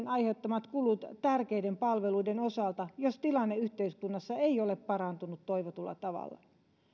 aiheuttamat kulut tärkeiden palveluiden osalta jos tilanne yhteiskunnassa ei ole parantunut toivotulla tavalla